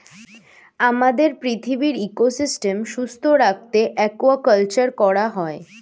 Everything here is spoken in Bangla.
আমাদের পৃথিবীর ইকোসিস্টেম সুস্থ রাখতে অ্য়াকুয়াকালচার করা হয়